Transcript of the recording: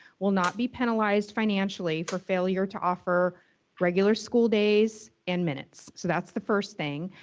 will not be penalized financially for failure to offer regular school days and minutes. so, that's the first thing.